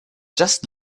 just